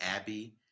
Abbey